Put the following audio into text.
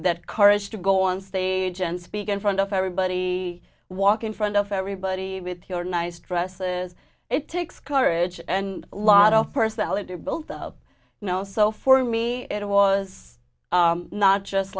that courage to go on stage and speak in front of everybody walk in front of everybody with your nice dresses it takes courage and lot of personality both of you know so for me it was not just